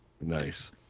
Nice